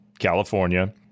California